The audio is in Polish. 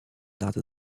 lat